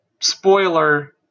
spoiler